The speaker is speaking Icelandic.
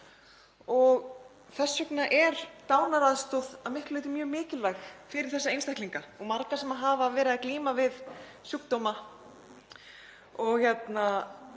Þess vegna er dánaraðstoð að miklu leyti mjög mikilvæg fyrir þessa einstaklinga og marga sem hafa verið að glíma við sjúkdóma og